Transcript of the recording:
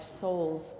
souls